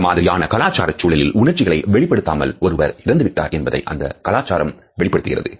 இந்த மாதிரியான கலாச்சார சூழலில் உணர்ச்சிகளை வெளிப்படுத்தாமல் ஒருவர் இறந்து விட்டார் என்பதை அந்த கலாச்சாரம் வெளிப்படுத்துகிறது